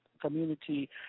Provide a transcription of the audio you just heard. community